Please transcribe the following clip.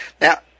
Now